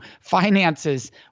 finances